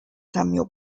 samuel